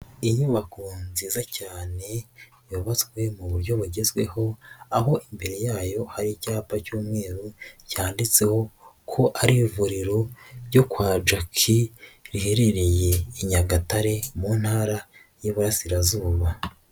Inyubako nziza cyane yubatswe mu buryo bugezweho aho imbere yayo hari icyapa cy'umweru cyanditseho ko ari ivuriro ryo kwa Jack, riherereye i Nyagatare mu Ntara y'Iburasirazuba.